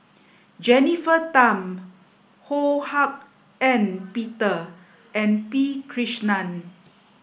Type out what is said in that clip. Jennifer Tham Ho Hak Ean Peter and P Krishnan